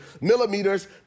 millimeters